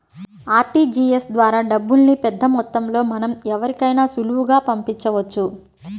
RTGS ద్వారా డబ్బుల్ని పెద్దమొత్తంలో మనం ఎవరికైనా సులువుగా పంపించవచ్చు